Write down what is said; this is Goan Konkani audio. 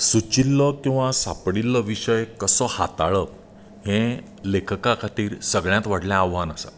सुचिल्लो किंवा सापडिल्लो विशय कसो हाताळप हें लेखका खातीर सगळ्यांत व्हडलें आव्हान आसा